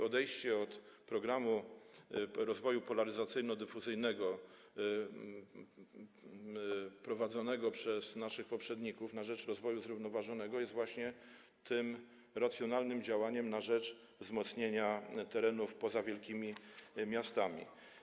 Odejście od programu rozwoju polaryzacyjno-dyfuzyjnego prowadzonego przez naszych poprzedników na rzecz rozwoju zrównoważonego jest właśnie tym racjonalnym działaniem na rzecz wzmocnienia terenów poza wielkimi miastami.